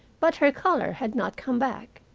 but her color had not come back.